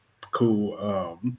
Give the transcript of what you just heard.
Cool